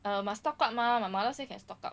err must stock up mah my mother say can stock up